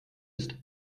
ist